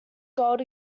gold